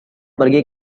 pergi